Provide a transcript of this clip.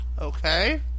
Okay